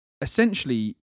essentially